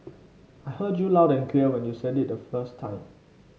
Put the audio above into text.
I heard you loud and clear when you said it the first time